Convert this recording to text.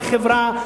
בחברה,